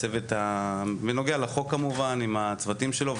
בנוגע לחוק כמובן, עם הצוותים שלו.